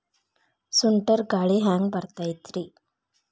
ಸುಂಟರ್ ಗಾಳಿ ಹ್ಯಾಂಗ್ ಬರ್ತೈತ್ರಿ?